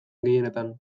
gehienetan